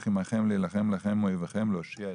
עמכם להילחם לכם עם אויבכם להושיע אתכם.